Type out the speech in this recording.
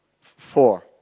Four